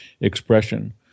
expression –